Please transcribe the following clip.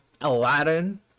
aladdin